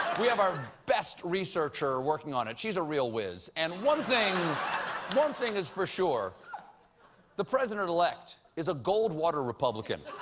we have our best researcher working on it. she's a real whizz. and one thing one thing is for sure the president-elect is a goldwater republican